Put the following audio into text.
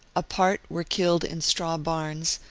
a part were killed in straw-barns,